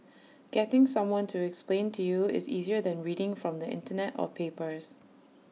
getting someone to explain to you is easier than reading from the Internet or papers